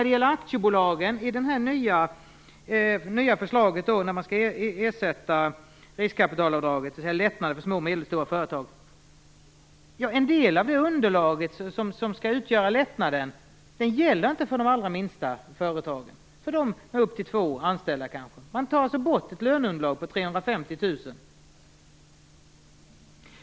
Enligt det nya förslaget skall man ersätta riskkapitalavdraget för aktiebolag med lättnader för små och medelstora företag. En del av det nya underlaget som skall utgöra lättnaden gäller inte för de allra minsta företagen, för de företag med upp till två anställda. Man tar alltså bort en löneunderlag på 350 000 kr.